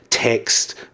text